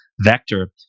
Vector